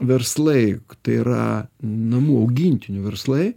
verslai juk tai yra namų augintinių verslai